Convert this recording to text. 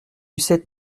cette